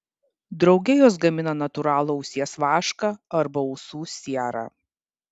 drauge jos gamina natūralų ausies vašką arba ausų sierą